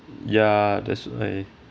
ya that's why